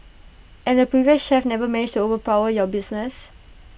and the previous chef never managed to overpower your business